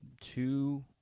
two